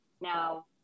Now